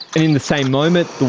and in the same moment,